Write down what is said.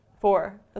Four